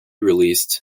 released